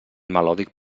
melòdic